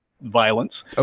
violence